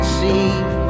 See